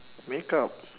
makeup